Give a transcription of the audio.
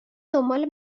دنبال